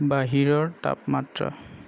বাহিৰৰ তাপমাত্ৰা